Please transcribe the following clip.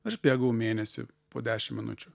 aš bėgau mėnesį po dešim minučių